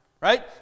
right